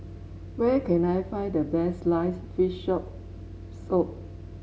where can I find the best sliced fish shop soup